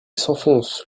s’enfonce